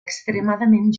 extremadament